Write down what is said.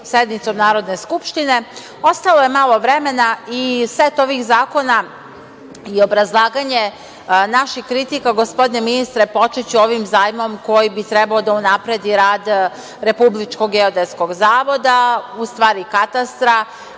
sednicom Narodne skupštine. Ostalo je malo vremena i set ovih zakona je obrazlaganje naših kritika, gospodine ministre, počeću ovim zajmom koji bi trebao da unapredi rad Republičkog geodetskog zavoda, u stvari katastra,